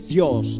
Dios